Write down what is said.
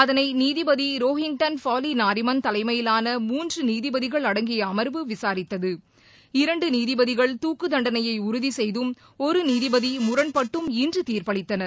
அதனை நீதிபதி ரோஹின்டன் பாஃலி நாரிமன் தலைஎமயிலாள மூன்று நீதிபதிகள் அடங்கிய அம்வு விசாரித்தது இரண்டு நீதிபதிகள் துக்குத்தண்டனையை உறுதி செய்தும் ஒரு நீதிபதி முரண்பட்டும் இன்று தீர்ப்பளித்தனர்